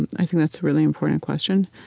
and i think that's a really important question.